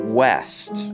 west